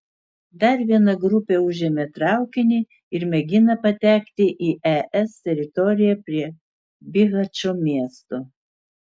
dar viena grupė užėmė traukinį ir mėgina patekti į es teritoriją prie bihačo miesto